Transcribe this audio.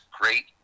great